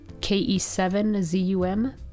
K-E-7-Z-U-M